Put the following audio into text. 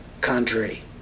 country